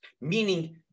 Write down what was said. meaning